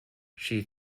she